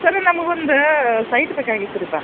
ಸರ ನಮ್ಗೊಂದು ಸೈಟ್ ಬೇಕಾಗಿತ್ರಿ ಪಾ